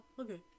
okay